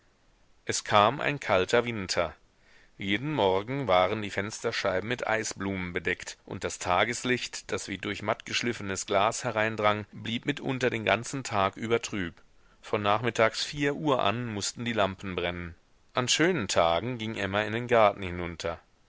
es kam ein kalter winter jeden morgen waren die fensterscheiben mit eisblumen bedeckt und das tageslicht das wie durch mattgeschliffenes glas hereindrang blieb mitunter den ganzen tag über trüb von nachmittags vier uhr an mußten die lampen brennen an schönen tagen ging emma in den garten hinunter